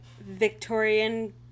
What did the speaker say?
Victorian